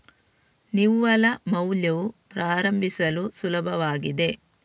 ನಿವ್ವಳ ಮೌಲ್ಯವು ಪ್ರಾರಂಭಿಸಲು ಸುಲಭವಾಗಿದೆ